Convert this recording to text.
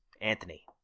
Anthony